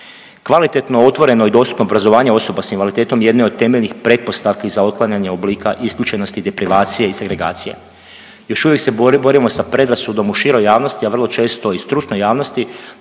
Kvalitetno, otvoreno i dostupno obrazovanje osoba s invaliditetom jedno je od temeljnih pretpostavki za otklanjanje oblika isključenosti, deprivacije i segregacije. Još uvijek se borimo sa predrasudom u široj javnosti, a vrlo često i stručnoj javnosti,